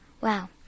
wow